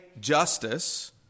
justice